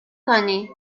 کنی